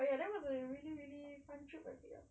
but ya that was a really really fun trip I feel